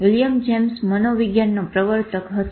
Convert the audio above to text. William James મનોવીજ્ઞાનનો પ્રવર્તક હતો